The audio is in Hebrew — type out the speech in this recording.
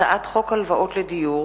הצעת חוק התקשורת (בזק ושידורים)